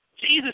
Jesus